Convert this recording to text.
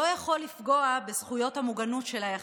לא יכול לפגוע בזכויות המוגנות של היחיד.